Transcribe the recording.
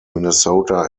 minnesota